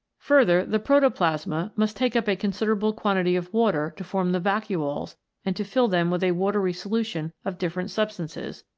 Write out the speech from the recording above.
further, the protoplasma must take up a considerable quantity of water to form the vacuoles and to fill them with a watery solution of different substances,